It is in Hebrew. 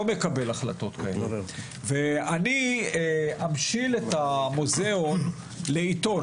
מקבל החלטות כאלה ואני אמשיל את המוזיאון לעיתון,